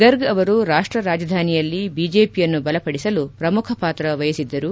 ಗರ್ಗ್ ಅವರು ರಾಷ್ಟ್ ರಾಜಧಾನಿಯಲ್ಲಿ ಬಿಜೆಪಿಯನ್ನು ಬಲಪದಿಸಲು ಪ್ರಮುಖ ಪಾತ್ರ ವಹಿಸಿದ್ದರು